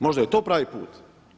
Možda je to pravi put.